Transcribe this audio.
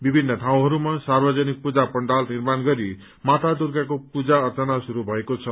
विभिन्न ठाउँहरूमा सार्वजनिक पूजा पण्डाल निर्माण गरि माता दुर्गाको पूजा अर्चना शुरू भएको छ